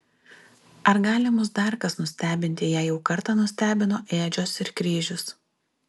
ar gali mus dar kas nustebinti jei jau kartą nustebino ėdžios ir kryžius